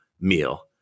meal